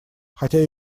хотя